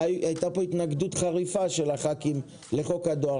והייתה פה התנגדות חריפה של הח"כים לחוק הדואר,